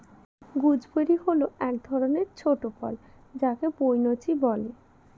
gooseberry হল এক ধরনের ছোট ফল যাকে বৈনচি বলে